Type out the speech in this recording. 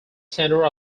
center